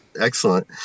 excellent